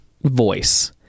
voice